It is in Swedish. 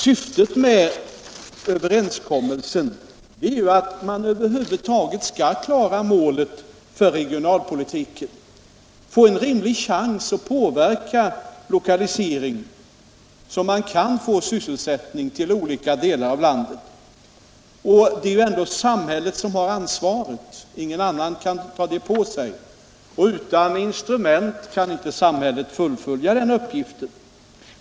Syftet med överenskommelsen är att man skall kunna klara målet för regionalpolitiken, att få en rimlig chans att påverka lokaliseringen så att man kan få sysselsättning till olika delar av landet. Det är ju ändå samhället som har ansvaret. Ingen annan kan ta det på sig, och utan instrument kan inte samhället fullfölja den uppgiften.